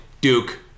Duke